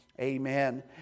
amen